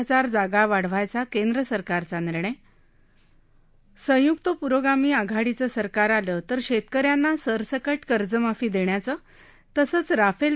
हजार जागा वाढवायचा केंद्र सरकारचा निर्णय संयुक्त प्रोगामी आधाडीचं सरकार आलं तर शेतक यांना सरसकट कर्जमाफी देण्याचं तसंच राफेल